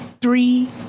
three